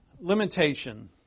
Limitation